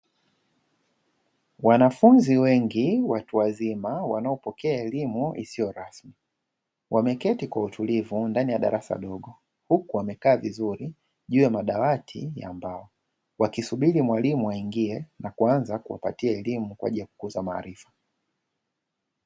Wanafunzi wengi watu wazima wanaopokea elimu isiyorasmi, wameketi kwa utulivu ndani ya darasa dogo huku wamekaa vizuri juu ya madawati ya mbao, wakisubiri mwalimu aingie na kuanza kuwapatia elimu ya kwa ajili ya kukuza maarifa.